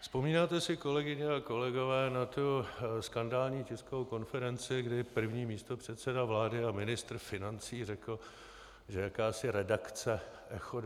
Vzpomínáte si, kolegyně a kolegové, na tu skandální tiskovou konferenci, kdy první místopředseda vlády a ministr financí řekl, že jakási redakce echo24.cz